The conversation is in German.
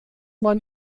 man